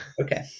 okay